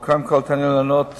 אני אענה קודם